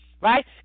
right